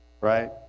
Right